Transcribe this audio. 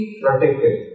protected